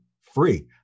free